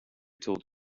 told